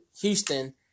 Houston